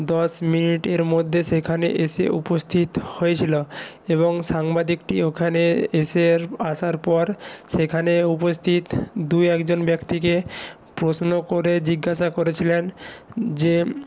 দশ মিনিটের মধ্যে সেখানে এসে উপস্থিত হয়েছিলো এবং সাংবাদিকটি ওখানে এসে আসার পর সেখানে উপস্থিত দুই একজন ব্যক্তিকে প্রশ্ন করে জিজ্ঞাসা করেছিলেন যে